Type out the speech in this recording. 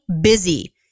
busy